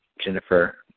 Jennifer